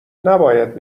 نباید